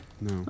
No